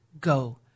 go